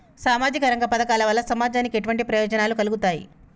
సామాజిక రంగ పథకాల వల్ల సమాజానికి ఎటువంటి ప్రయోజనాలు కలుగుతాయి?